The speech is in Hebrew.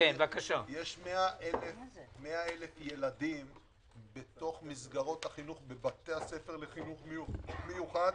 יש 100,000 ילדים בתוך מסגרות החינוך בבתי הספר לחינוך מיוחד